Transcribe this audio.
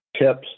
tips